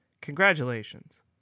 Congratulations